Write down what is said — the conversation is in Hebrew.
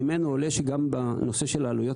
ממנו עולה שגם בנושא של העלויות